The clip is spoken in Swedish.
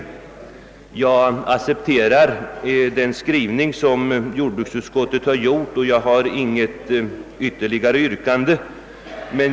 Jag accepterar den skrivning som jordbruksutskottet har använt och jag har inget särskilt yrkande.